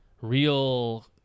real